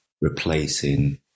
replacing